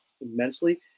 immensely